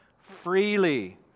freely